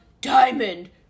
Diamond